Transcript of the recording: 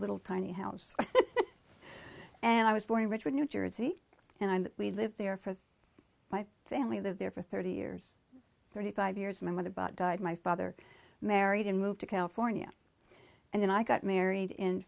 little tiny house and i was born in ridgewood new jersey and we lived there for my family lived there for thirty years thirty five years my mother bought died my father married and moved to california and then i got married in